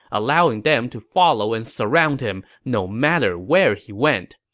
allowing them to follow and surround him no matter where he went.